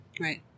Right